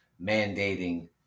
mandating